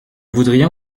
voudrions